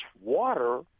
water